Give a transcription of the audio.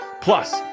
Plus